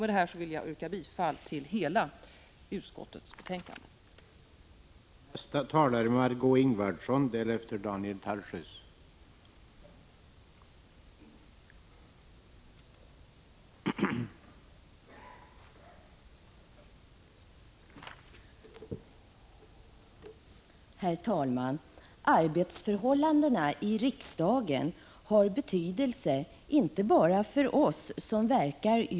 Med detta vill jag yrka bifall till utskottets hemställan i alla delar.